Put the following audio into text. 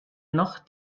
noch